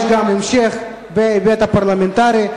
יש לה גם המשך בהיבט הפרלמנטרי.